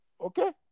okay